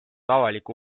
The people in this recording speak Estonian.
avaliku